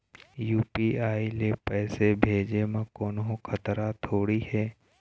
UPI ले पैसे भेजे म कोन्हो खतरा थोड़ी हे?